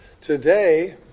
Today